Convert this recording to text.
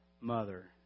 mother